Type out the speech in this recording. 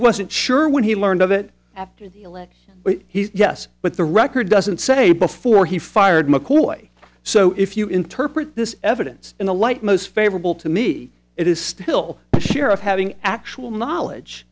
wasn't sure when he learned of it after the election he yes but the record doesn't say before he fired mccoy so if you interpret this evidence in the light most favorable to me it is still share of having actual knowledge